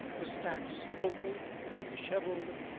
the staffs, crumpled and disheveled,